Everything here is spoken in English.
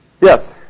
yes